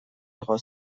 igo